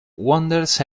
wanders